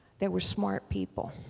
there were smart people.